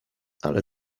ale